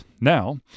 now